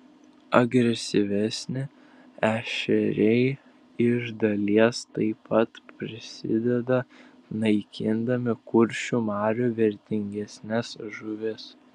agresyvesni ešeriai iš dalies taip pat prisideda naikindami kuršių marių vertingesnes žuvis